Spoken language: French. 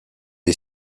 est